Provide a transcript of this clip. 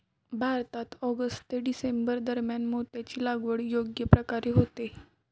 भारतात ऑक्टोबर ते डिसेंबर दरम्यान मोत्याची लागवड योग्य प्रकारे होते